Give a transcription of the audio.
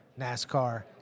NASCAR